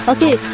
Okay